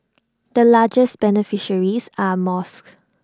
the largest beneficiaries are mosques